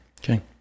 Okay